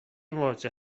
مواجه